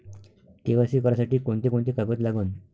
KYC करासाठी कोंते कोंते कागद लागन?